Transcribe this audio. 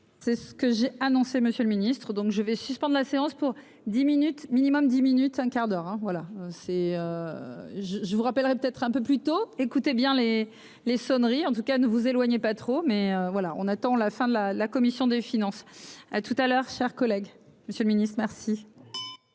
C'est ce que j'ai annoncé, Monsieur le Ministre, donc je vais suspendre la séance pour dix minutes minimum dix minutes, un quart d'heure, hein, voilà c'est je, je vous rappellerai, peut-être un peu plus tôt, écoutez bien les les sonneries en tout cas ne vous éloignez pas trop, mais voilà, on attend la fin de la la commission des finances à tout à l'heure, cher collègue, Monsieur le Ministre, merci.